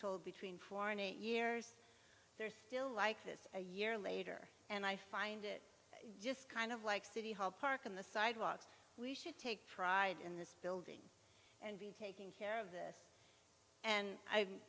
told between four and eight years they're still like this a year later and i find it just kind of like city hall park on the sidewalks we should take pride in this building taking care of this and i